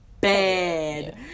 bad